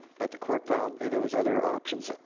but the court found those other options